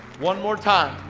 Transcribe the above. one more time,